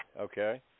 Okay